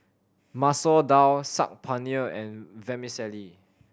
Masoor Dal Saag Paneer and Vermicelli